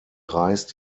reist